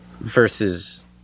versus